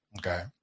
Okay